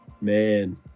man